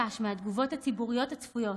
ויש החשש מהתגובות הציבוריות הצפויות.